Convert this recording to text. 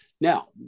Now